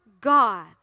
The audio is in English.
God